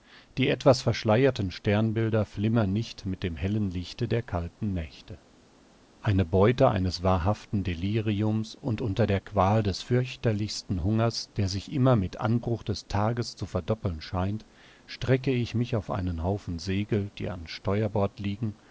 die etwas verschleierten sternbilder flimmern nicht mit dem hellen lichte der kalten nächte eine beute eines wahrhaften deliriums und unter der qual des fürchterlichsten hungers der sich immer mit anbruch des tages zu verdoppeln scheint strecke ich mich auf einen haufen segel die am steuerbord liegen